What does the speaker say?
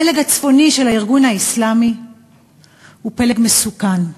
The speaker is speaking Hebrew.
הפלג הצפוני של הארגון האסלאמי הוא פלג מסוכן,